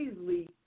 easily